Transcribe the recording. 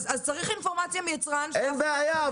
אז צריך אינפורמציה מהיצרן --- אין בעיה.